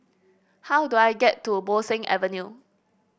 how do I get to Bo Seng Avenue